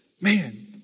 man